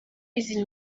izi